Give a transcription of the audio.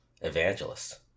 evangelist